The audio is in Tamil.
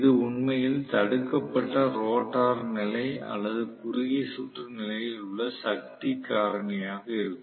இது உண்மையில் தடுக்கப்பட்ட ரோட்டார் நிலை அல்லது குறுகிய சுற்று நிலையில் உள்ள சக்தி காரணியாக இருக்கும்